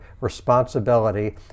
responsibility